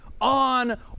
on